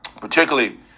particularly